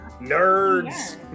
Nerds